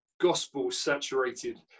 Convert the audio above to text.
gospel-saturated